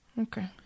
Okay